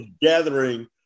gathering